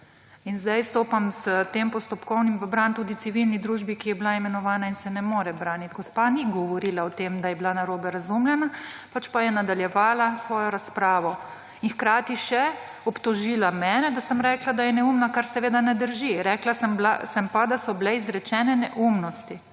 Sedaj stopam s tem postopkovnim v bran tudi civilni družbi, ki je bila imenovana in se ne more braniti. Gospa ni govorila o tem, da je bila narobe razumljena, pač pa je nadaljevala svojo razpravo in hkrati še obtožila mene, da sem rekla, da je neumna, kar seveda ne drži. Rekla sem pa, da so bile izrečene neumnosti.